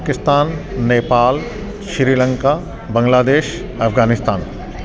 Pakistan Nepal Sri Lanka Bangladesh Afghanistan